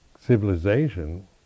civilization